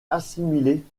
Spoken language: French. assimilée